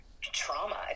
trauma